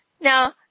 Now